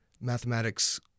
mathematics